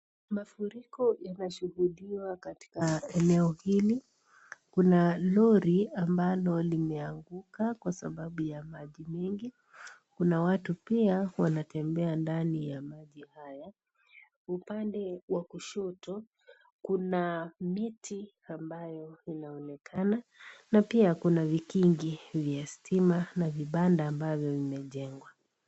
Mafuriko yameshuhudiwa katika eneo hili , kuna lori ambalo limeanguka kwa sababu ya maji mengi kuna watu pia wanatembea ndani ya maji haya, upande wa kushoto kuna miti ambayo inaonekana na pia kuna vikingi vya sitima na vibanda ambavyo vimejengwa.